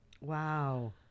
wow